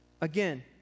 Again